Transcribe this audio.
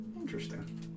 Interesting